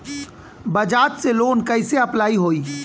बज़ाज़ से लोन कइसे अप्लाई होई?